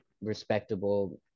respectable